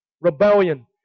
rebellion